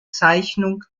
zeichnung